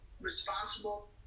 responsible